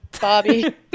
Bobby